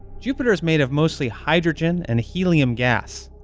jupiter is made of mostly hydrogen and helium gas,